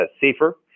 safer